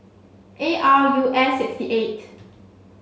A R U S six eight